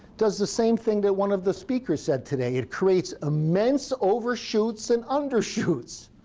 does the same thing that one of the speakers said today. it creates immense overshoots and under shoots,